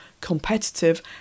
Competitive